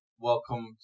welcome